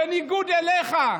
בניגוד אליך,